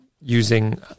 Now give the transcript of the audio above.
using